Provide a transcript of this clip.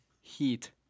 Heat